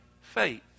faith